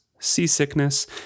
seasickness